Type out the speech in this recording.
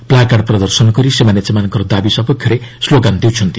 placard ପ୍ରଦର୍ଶନ କରି ସେମାନେ ସେମାନଙ୍କର ଦାବି ସପକ୍ଷରେ ସ୍କ୍ଲୋଗାନ ଦେଉଛନ୍ତି